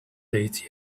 date